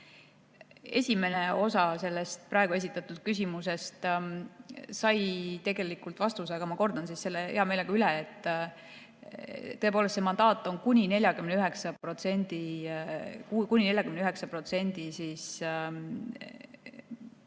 Esimene osa sellest praegu esitatud küsimusest sai tegelikult vastuse, aga ma kordan hea meelega üle. Tõepoolest, see mandaat oli kuni 49%